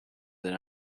that